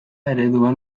ereduan